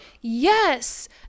Yes